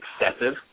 excessive